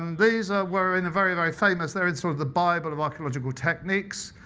um these ah were in a very, very famous they're in sort of the bible of archaeological techniques.